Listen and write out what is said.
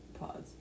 pause